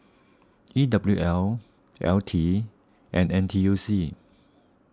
E W L L T and N T U C